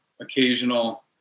occasional